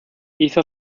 hizo